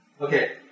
Okay